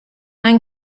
ein